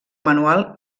manual